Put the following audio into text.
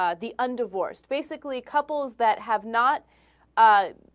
ah the and divorced basically couples that have not ah.